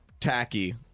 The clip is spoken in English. tacky